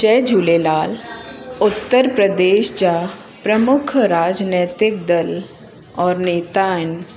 जय झूलेलाल उत्तर प्रदेश जा प्रमुख राजनैतिक दल और नेता आहिनि